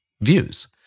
views